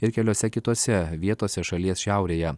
ir keliose kitose vietose šalies šiaurėje